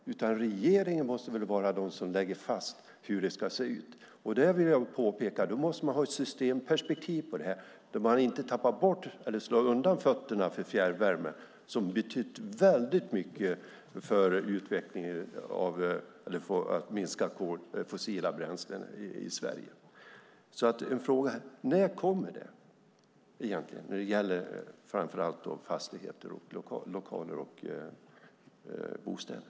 Det måste väl vara regeringen som lägger fast hur det ska se ut? Jag vill påpeka att man då måste ha ett systemperspektiv på det här, där man inte tappar bort eller slår undan fötterna för fjärrvärmen, som betytt väldigt mycket för att minska användningen av fossila bränslen i Sverige. När kommer detta egentligen, framför allt när det gäller fastigheter, lokaler och bostäder?